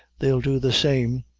they'll do the same.